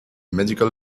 medical